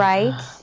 Right